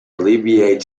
alleviate